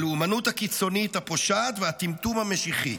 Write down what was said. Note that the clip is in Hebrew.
הלאומנות הקיצונית הפושעת והטמטום המשיחי,